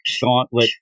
gauntlet